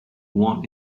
want